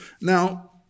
Now